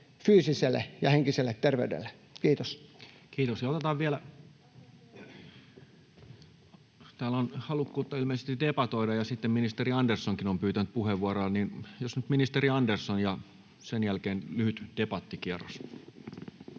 fyysiselle ja henkiselle terveydelle? — Kiitos. [Vastauspuheenvuoropyyntöjä] Kiitoksia. — Täällä on ilmeisesti halukkuutta debatoida, ja ministeri Anderssonkin on pyytänyt puheenvuoroa. Jos nyt ministeri Andersson ja sen jälkeen lyhyt debattikierros.